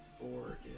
four